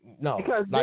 No